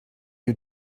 you